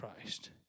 Christ